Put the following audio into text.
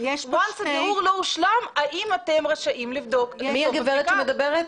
ברגע שהבירור לא הושלם האם אתם רשאים לבדוק --- מי הגברת שמדברת?